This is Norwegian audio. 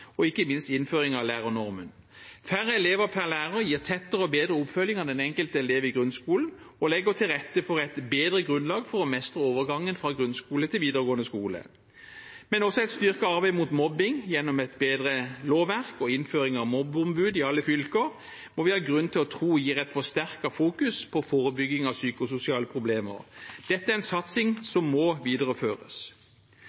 og ikke minst innføringen av lærernormen. Færre elever per lærer gir tettere og bedre oppfølging av den enkelte elev i grunnskolen og legger til rette for et bedre grunnlag for å mestre overgangen fra grunnskole til videregående skole. Også et styrket arbeid mot mobbing gjennom et bedre lovverk og innføring av mobbeombud i alle fylker må vi ha grunn til å tro gir et forsterket fokus på forebygging av psykososiale problemer. Dette er en satsing